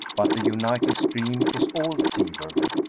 but the united stream is all tiber.